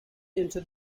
into